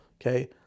Okay